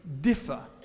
differ